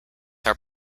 are